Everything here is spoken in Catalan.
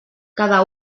cada